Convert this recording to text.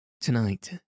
Tonight